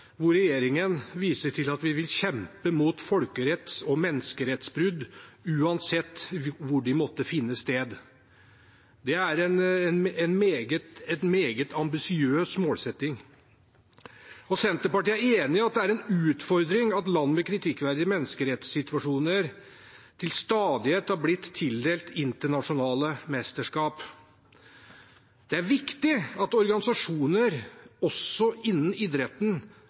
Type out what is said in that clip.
hvor regjeringen viser til at vi vil kjempe mot folkeretts- og menneskerettsbrudd uansett hvor de måtte finne sted. Det er en meget ambisiøs målsetting. Senterpartiet er enig i at det er en utfordring at land med kritikkverdige menneskerettssituasjoner til stadighet har blitt tildelt internasjonale mesterskap. Det er viktig at organisasjoner innen idretten